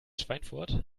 schweinfurt